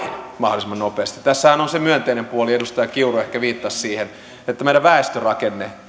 mahdollisimman nopeasti tässähän on se myönteinen puoli edustaja kiuru ehkä viittasi siihen että meidän väestörakenteemme